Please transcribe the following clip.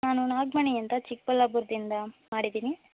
ನಾನು ನಾಗಮಣಿ ಅಂತ ಚಿಕ್ಕಬಳ್ಳಾಪುರ್ದಿಂದ ಮಾಡಿದ್ದೀನಿ